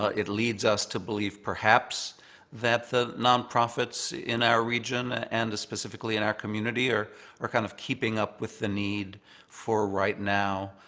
ah it leads us to believe perhaps that the nonprofits in our region and specifically in our community are are kind of keeping up with the need for right now.